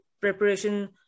preparation